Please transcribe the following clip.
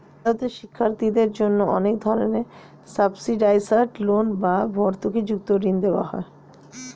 ভারতে শিক্ষার্থীদের জন্য অনেক ধরনের সাবসিডাইসড লোন বা ভর্তুকিযুক্ত ঋণ দেওয়া হয়